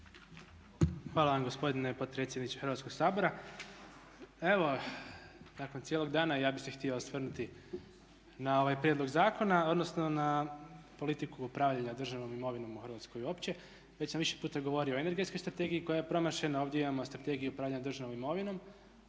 Hvala vam gospodine potpredsjedniče Hrvatskoga sabora. Evo, nakon cijelog dana i ja bih se htio osvrnuti na ovaj prijedlog zakona, odnosno na politiku upravljanja državnom imovinom u Hrvatskoj uopće. Već sam više puta govorio o Energetskoj strategiji koja je promašena a ovdje imamo Strategiju upravljanja državnom imovinom